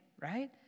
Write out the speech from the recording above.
right